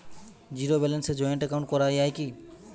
Zero ব্যালেন্সে joint account করা য়ায় কি?